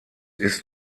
ist